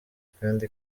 kandi